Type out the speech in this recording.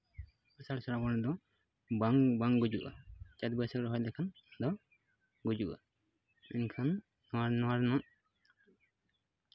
ᱟᱥᱟᱲ ᱥᱨᱟᱵᱚᱱ ᱫᱚ ᱵᱟᱝ ᱜᱩᱡᱩᱜᱼᱟ ᱪᱟᱹᱛ ᱵᱟᱹᱭᱥᱟᱹᱠᱷ ᱨᱚᱦᱚᱭ ᱞᱮᱠᱷᱟᱱ ᱮᱸᱰᱮᱠᱷᱟᱱ ᱫᱚ ᱜᱩᱡᱩᱜᱼᱟ ᱮᱱᱠᱷᱟᱱ ᱱᱚᱣᱟ ᱨᱮᱱᱟᱜ